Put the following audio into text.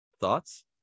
Thoughts